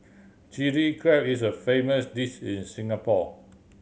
Chilli Crab is a famous dish in Singapore